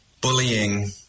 bullying